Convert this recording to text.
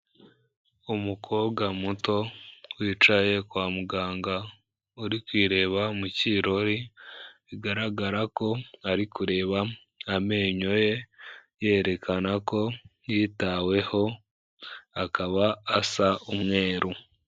Umukobwa muto, wicaye kwa muganga, uri kwireba mu kirori, bigaragara ko ari kureba amenyo ye, yerekana ko yitaweho, akaba asa umweru.